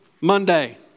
Monday